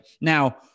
Now